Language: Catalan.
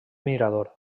mirador